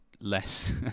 less